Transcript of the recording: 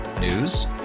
News